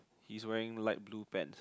he is wearing light blue pants